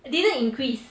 it didn't increase